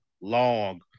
long